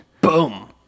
Boom